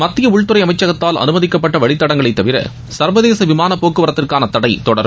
மத்திய உள்துறை அமைச்சகத்தால் அனுமதிக்கப்பட்ட வழிதடங்களை தவிர சர்வதேச விமானப் போக்குவரத்துக்கான தடை தொடரும்